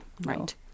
Right